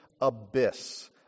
abyss